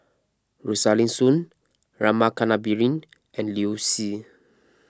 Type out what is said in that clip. Rosaline Soon Rama Kannabiran and Liu Si